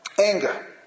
Anger